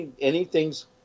anything's